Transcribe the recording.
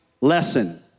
lesson